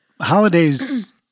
holidays